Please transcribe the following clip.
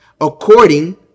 According